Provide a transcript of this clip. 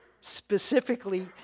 specifically